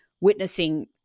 witnessing